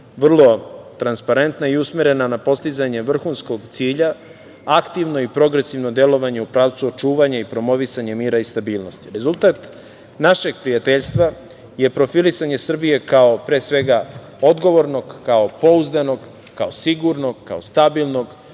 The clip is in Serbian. vrlo transparentna i usmerena na postizanje vrhunskog cilja, aktivno i progresivno delovanje u pravcu očuvanja i promovisanje mira i stabilnosti. Rezultat našeg prijateljstva je profilisane Srbije kao, pre svega, odgovornog, kao pouzdanog, kao sigurnog, kao stabilnog,